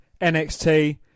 NXT